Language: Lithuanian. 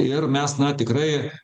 ir mes na tikrai